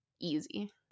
easy